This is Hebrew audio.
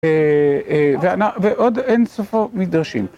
ועוד אין סופו מדרשים.